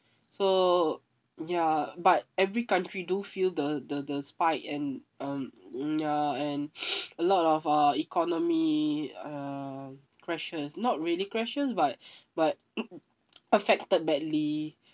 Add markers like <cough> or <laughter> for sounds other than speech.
so ya but every country do feel the the the spike and um ya and <noise> a lot of uh economy err crashes not really crashes but <breath> but affected badly